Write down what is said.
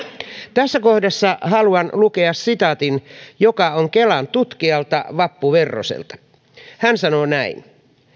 tässä kohdassa haluan lukea sitaatin kelan tutkijalta vappu verroselta hän sanoo näin